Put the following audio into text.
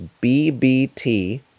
B-B-T-